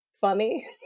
funny